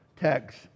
text